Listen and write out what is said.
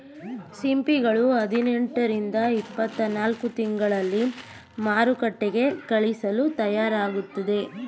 ಸಿಂಪಿಗಳು ಹದಿನೆಂಟು ರಿಂದ ಇಪ್ಪತ್ತನಾಲ್ಕು ತಿಂಗಳಲ್ಲಿ ಮಾರುಕಟ್ಟೆಗೆ ಕಳಿಸಲು ತಯಾರಾಗುತ್ತವೆ